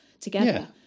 together